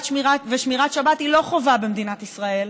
ושמירת שבת היא לא חובה במדינת ישראל,